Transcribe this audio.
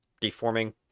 deforming